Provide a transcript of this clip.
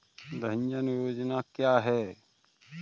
जनधन योजना क्या है?